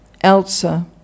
Elsa